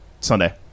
sunday